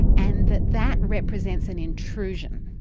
and that that represents an intrusion.